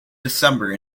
december